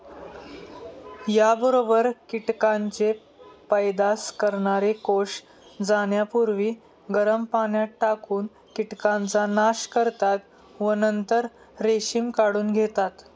याबरोबर कीटकांचे पैदास करणारे कोष जाण्यापूर्वी गरम पाण्यात टाकून कीटकांचा नाश करतात व नंतर रेशीम काढून घेतात